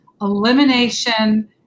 elimination